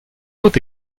out